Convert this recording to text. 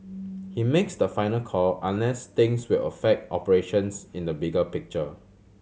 he makes the final call unless things will affect operations in the bigger picture